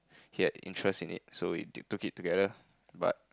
he had interest in it so we took it together but